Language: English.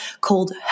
called